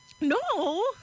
No